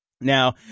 Now